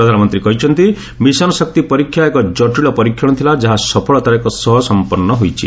ପ୍ରଧାନମନ୍ତ୍ରୀ କହିଛନ୍ତି' ମିଶନ ଶକ୍ତି ପରୀକ୍ଷା ଏକ ଜଟିଳ ପରୀକ୍ଷଣ ଥିଲା ଯାହା ସଫଳତାର ସହ ସମ୍ପନ୍ନ ହୋଇଛି